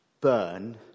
burn